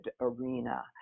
arena